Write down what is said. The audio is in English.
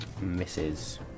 Misses